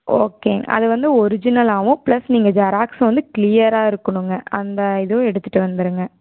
okay அதை வந்து ஒரிஜினலாகவும் ப்ளஸ் நீங்கள் ஜெராக்ஸ் வந்து க்ளியராக இருக்கணுங்க அந்த இதுவும் எடுத்துகிட்டு வந்துடுங்க